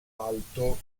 alto